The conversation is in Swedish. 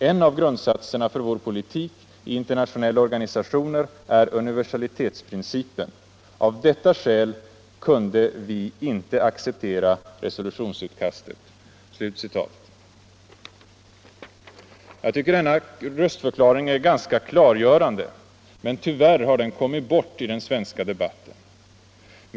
En av grundsatserna för vår politik i internationella organisationer är universalitetsprincipen. Av detta skäl kunde vi inte acceptera resolutionsutkastet.” Denna röstförklaring är ganska klargörande, men tyvärr har den kommit bort i den svenska debatten.